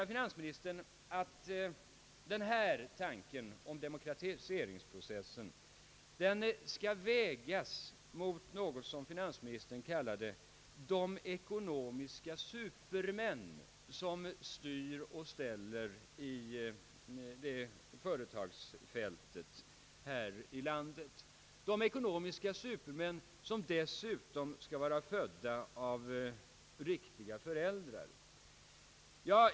Finansministern anser att den här demokratiseringsprocessen skall vägas mot något som han kallade de ekonomiska supermän som styr och ställer inom företagandet här i landet. De ekonomiska supermännen skall dessutom vara födda av de rätta föräldrarna.